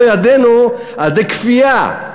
פגענו במו-ידינו על-ידי כפייה.